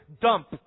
dump